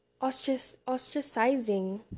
ostracizing